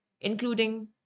including